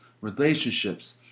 relationships